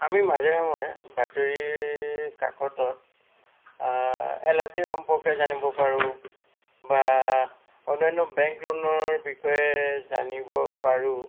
আমি মাজে সময়ে বাতৰি কাকতত এলআইচি সম্পৰ্কে জানিব পাৰোঁ বা অন্যান্য বেংক লোনৰ বিষয়ে জানিব পাৰোঁ